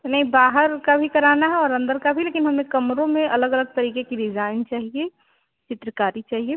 नहीं बाहर का भी कराना है और अन्दर का भी लेकिन हमें कमरों में अलग अलग तरीके की डिज़ाइन चाहिए चित्रकारी चाहिए